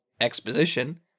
exposition